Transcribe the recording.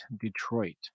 Detroit